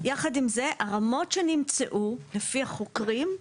יחד עם זה הרמות שנמצאו לפי החוקרים,